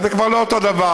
זה כבר לא אותו דבר.